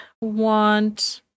want